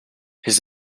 his